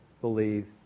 believe